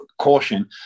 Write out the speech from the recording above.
Caution